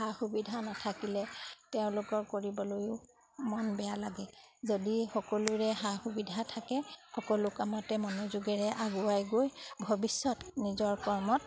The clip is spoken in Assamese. সা সুবিধা নাথাকিলে তেওঁলোকৰ কৰিবলৈও মন বেয়া লাগে যদি সকলোৰে সা সুবিধা থাকে সকলো কামতে মনোযোগেৰে আগুৱাই গৈ ভৱিষ্যত নিজৰ কৰ্মত